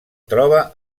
troba